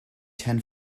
ten